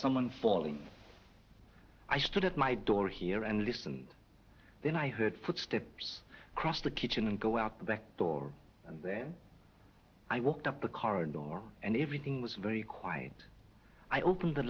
someone falling i stood at my door here and listen then i heard footsteps across the kitchen and go out the back door and then i walked up the car door and everything was very quiet i opened the